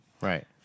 Right